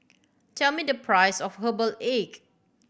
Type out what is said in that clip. tell me the price of herbal egg